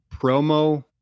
promo